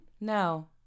no